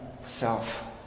self